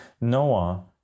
Noah